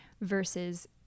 versus